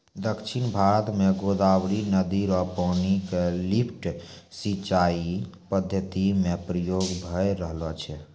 दक्षिण भारत म गोदावरी नदी र पानी क लिफ्ट सिंचाई पद्धति म प्रयोग भय रहलो छै